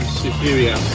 superior